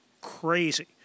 crazy